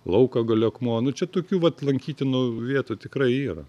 laukagalio akmuo nu čia tokių vat lankytinų vietų tikrai yra